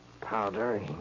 powder